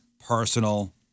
Personal